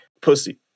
pussy